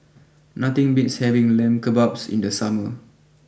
nothing beats having Lamb Kebabs in the summer